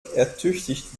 ertüchtigt